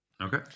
Okay